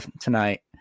tonight